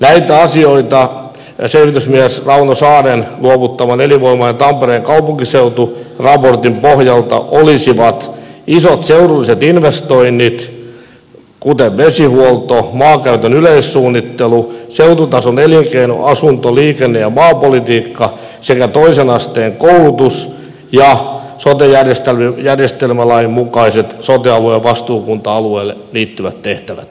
näitä asioita selvitysmies rauno saaren luovuttaman elinvoimainen tampereen kaupunkiseutu raportin pohjalta olisivat isot seudulliset investoinnit kuten vesihuolto maakäytön yleissuunnittelu seututason elinkeino asunto liikenne ja maapolitiikka sekä toisen asteen koulutus ja sote järjestelmälain mukaiset sote alueen vastuukunta alueelle liittyvät tehtävät